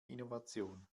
innovation